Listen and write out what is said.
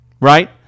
Right